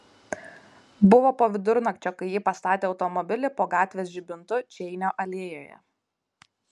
buvo po vidurnakčio kai ji pastatė automobilį po gatvės žibintu čeinio alėjoje